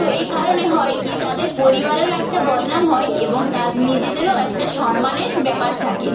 তো এই কারণে হয় কী তাদের পরিবারেরও একটা বদনাম হয় এবং তার নিজেদেরও একটা সন্মানের ব্যাপার থাকে